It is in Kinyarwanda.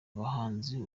umuhanzi